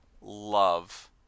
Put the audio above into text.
love